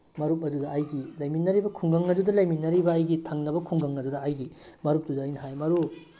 ꯃꯔꯨꯞ ꯑꯗꯨꯗ ꯑꯩꯒꯤ ꯂꯩꯃꯤꯟꯅꯔꯤꯕ ꯈꯨꯡꯒꯪ ꯑꯗꯨꯗ ꯂꯩꯃꯤꯟꯅꯔꯤꯕ ꯑꯩꯒꯤ ꯊꯪꯅꯕ ꯈꯨꯡꯒꯪ ꯑꯗꯨꯗ ꯑꯩꯒꯤ ꯃꯔꯨꯞꯇꯨꯗ ꯑꯩꯅ ꯍꯥꯏ ꯃꯔꯨꯞ